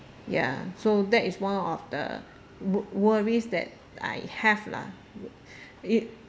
ya so that is one of the worries that I have lah it